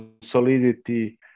Solidity